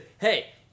hey